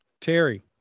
Terry